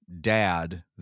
dad